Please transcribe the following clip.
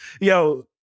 yo